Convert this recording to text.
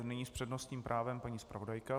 Nyní s přednostním právem paní zpravodajka.